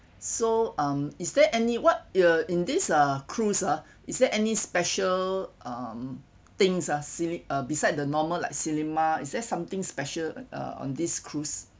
so um is there any what uh in this uh cruise ah is there any special um things ah cine~ beside the normal like cinema is there's something special uh on this cruise